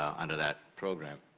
under that program,